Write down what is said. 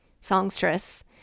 songstress